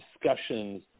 discussions